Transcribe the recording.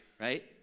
right